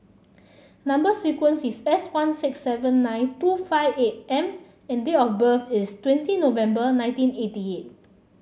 number sequence is S one six seven nine two five eight M and date of birth is twenty November nineteen eighty eight